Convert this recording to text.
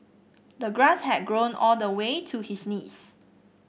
the grass had grown all the way to his knees